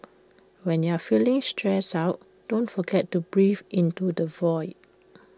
when you are feeling stressed out don't forget to breathe into the void